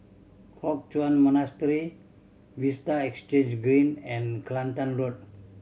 Hock Chuan Monastery Vista Exhange Green and Kelantan Road